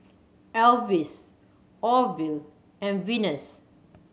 Elvis Orvil and Venus